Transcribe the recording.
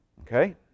Okay